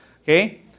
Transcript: Okay